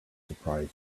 surprise